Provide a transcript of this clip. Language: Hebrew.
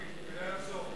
חבל, לגבי הצעת החוק